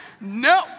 No